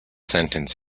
sentence